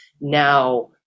now